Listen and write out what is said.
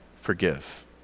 forgive